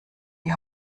die